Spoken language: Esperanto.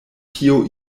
tio